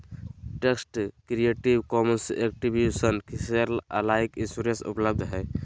text creative commons attribution share alike license उपलब्ध हइ